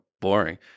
boring